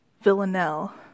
Villanelle